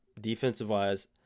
defensive-wise